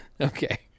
Okay